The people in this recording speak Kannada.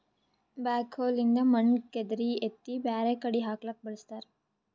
ಬ್ಯಾಕ್ಹೊ ಲಿಂದ್ ಮಣ್ಣ್ ಕೆದರಿ ಎತ್ತಿ ಬ್ಯಾರೆ ಕಡಿ ಹಾಕ್ಲಕ್ಕ್ ಬಳಸ್ತಾರ